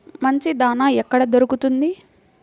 మంచి దాణా ఎక్కడ దొరుకుతుంది?